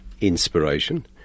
inspiration